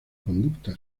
conducta